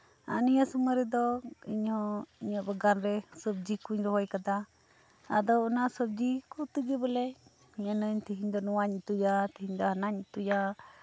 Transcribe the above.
ᱱᱤᱭᱟᱹ ᱥᱚᱢᱚᱭ ᱨᱮᱫᱚ ᱤᱧᱦᱚᱸ ᱤᱧᱟᱹᱜ ᱵᱟᱜᱟᱱᱨᱮ ᱥᱚᱵᱡᱤ ᱠᱚᱧ ᱨᱚᱦᱚᱭ ᱟᱠᱟᱫᱟ ᱟᱫᱚ ᱚᱱᱟ ᱥᱚᱵᱡᱤ ᱠᱚ ᱛᱮᱜᱮ ᱵᱚᱞᱮ ᱢᱮᱱᱟᱹᱧ ᱛᱤᱦᱤᱧ ᱫᱚ ᱱᱚᱶᱟᱧ ᱩᱛᱩᱭᱟ ᱦᱟᱱᱟᱧ ᱩᱛᱩᱭᱟ